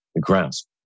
grasp